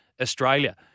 Australia